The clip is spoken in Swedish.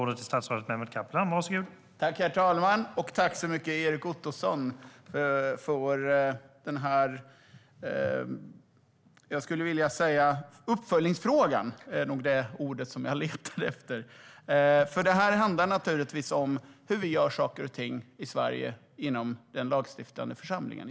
Herr talman! Jag tackar Erik Ottoson för uppföljningsfrågan. Detta handlar om hur vi gör saker och ting i Sverige inom den lagstiftande församlingen.